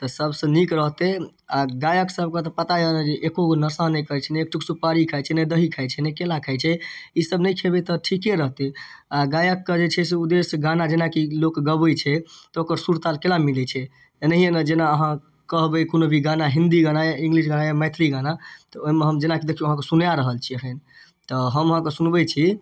तऽ सबसँ नीक रहतै आओर गायक सबके तऽ पता यऽ ने जे एको गो नसा नहि करै छै ने एक टुक सुपारी खाइ छै ने दही खाइ छै ने केला खाइ छै ई सब नहि खेबै तऽ ठीके रहतै आओर गायकके जे छै से उद्येश्य छै गाना जेनाकि लोक गबै छै तऽ ओकर सुरताल केना मिलै छै एनाहिये ने जेना अहाँ कहबै कोनो भी गाना हिन्दी गाना इंग्लिश गाना या मैथिली गाना तऽ ओइमे हम जेनाकि देखियौ अहाँके सुनाए रहल छी एखैन तऽ हम अहाँके सुनबै छी